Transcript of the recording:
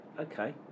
okay